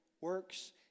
works